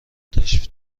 تشریف